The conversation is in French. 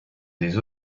des